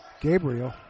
Gabriel